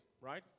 right